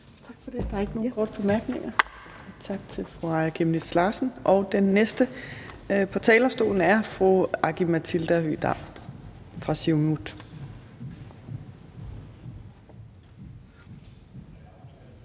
Torp): Der er ikke nogen korte bemærkninger. Tak til fru Aaja Chemnitz Larsen. Den næste på talerstolen er Aki-Matilda Høegh-Dam fra Siumut.